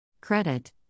Credit